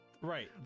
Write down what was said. right